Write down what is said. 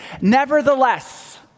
Nevertheless